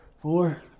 four